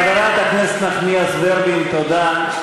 חברת הכנסת נחמיאס ורבין, תודה.